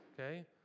okay